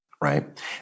Right